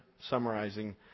summarizing